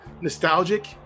nostalgic